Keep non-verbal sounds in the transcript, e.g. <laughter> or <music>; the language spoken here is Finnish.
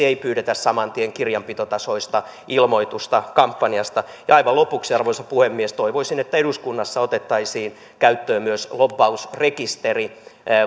<unintelligible> ei pyydetä saman tien kirjanpitotasoista ilmoitusta kampanjasta ja aivan lopuksi arvoisa puhemies toivoisin että eduskunnassa otettaisiin käyttöön myös lobbausrekisteri